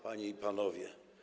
Panie i Panowie!